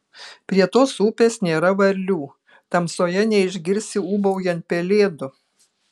prie tos upės nėra varlių tamsoje neišgirsi ūbaujant pelėdų